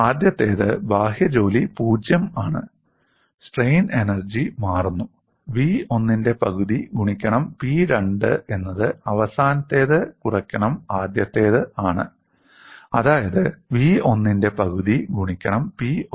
ആദ്യത്തേത് ബാഹ്യ ജോലി 0 ആണ് സ്ട്രെയിൻ എനർജി മാറുന്നു V1 ന്റെ പകുതി ഗുണിക്കണം P2 എന്നത് അവസാനത്തേത് കുറക്കണം ആദ്യത്തേത് ആണ് അതായത് V1 ന്റെ പകുതി ഗുണിക്കണം P1